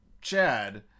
chad